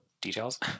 details